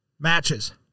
Matches